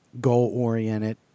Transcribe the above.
Goal-oriented